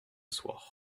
soir